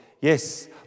Yes